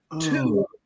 Two